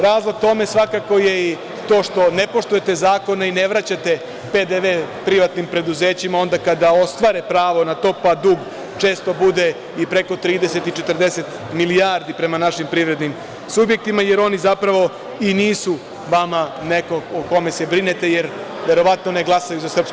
Razlog tome svakako je i to što ne poštujete zakone i ne vraćate PDV privatnim preduzećima onda kada ostvare pravo na to, pa dug često bude i preko 30 i 40 milijardi prema našim privrednim subjektima, jer oni zapravo i nisu vama neko o kome se brinete, jer verovatno ne glasaju za SNS.